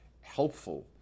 helpful